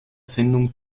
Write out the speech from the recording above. sendung